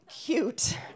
cute